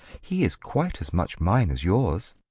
he is quite as much mine as yours.